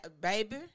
baby